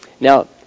now